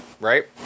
right